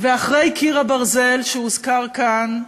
ואחרי "קיר הברזל" שהוזכר כאן,